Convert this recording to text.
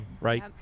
right